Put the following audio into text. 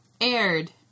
aired